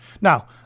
Now